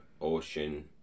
ocean